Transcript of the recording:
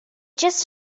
just